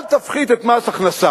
אל תפחית את מס הכנסה,